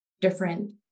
different